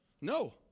No